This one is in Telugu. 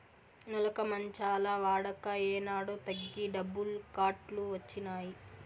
నులక మంచాల వాడక ఏనాడో తగ్గి డబుల్ కాట్ లు వచ్చినాయి